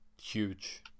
huge